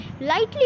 lightly